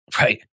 Right